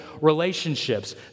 relationships